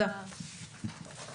הישיבה ננעלה בשעה 10:46.